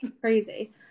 Crazy